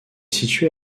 situé